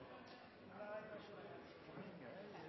har det vært